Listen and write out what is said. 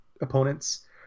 opponents